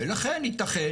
ולכן יתכן,